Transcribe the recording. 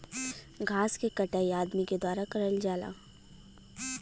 घास के कटाई अदमी के द्वारा करल जाला